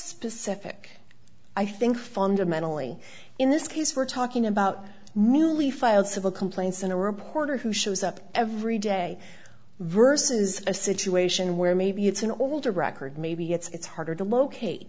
specific i think fundamentally in this case we're talking about newly filed civil complaints and a reporter who shows up every day versus a situation where maybe it's an older record maybe it's harder to locate